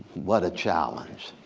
what a challenge.